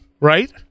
Right